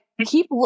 keep